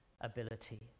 ability